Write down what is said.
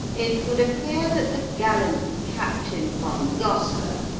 it would appear that the gallant captain von gossler,